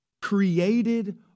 created